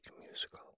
musical